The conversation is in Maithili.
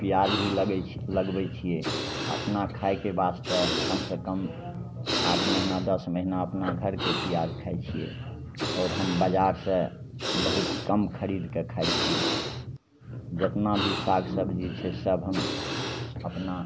पिआज भी लगै छै लगबै छिए अपना खाएके वास्ते कमसे कम आठ महिना दस महिना अपना घरके पिआज खाइ छिए आओर हम बजारसे बहुत कम खरिदके खाइ छी जतना भी साग सबजी छै सब हम अपना